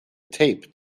tape